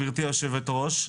גבירתי היושבת-ראש,